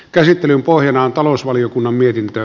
käsittelyn pohjana on talousvaliokunnan mietintö